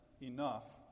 enough